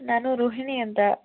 ನಾನು ರೋಹಿಣಿ ಅಂತ